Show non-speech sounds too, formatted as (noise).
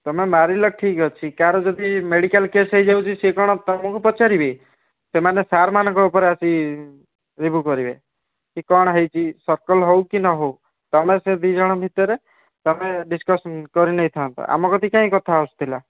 ତୁମେ ମାରିଲ ଠିକ୍ ଅଛି କାହାର ଯଦି ମେଡ଼ିକାଲ୍ କେସ୍ ହେଇ ଯାଉଛି ସେ କ'ଣ ତମକୁ ପଚାରିବେ ସେମାନେ ସାର୍ମାନଙ୍କ ଉପରେ ଆସି (unintelligible) କରିବେ କି କ'ଣ ହେଇଛି ସର୍କଲ୍ ହେଉ କି ନ ହେଉ ତୁମେ ସେ ଦୁଇ ଜଣ ଭିତରେ ତୁମେ ଡିସକସନ୍ କରି ନେଇଥାନ୍ତ ଆମ କତିକି କାଇଁ କଥା ଆସୁଥିଲା